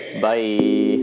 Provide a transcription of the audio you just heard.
Bye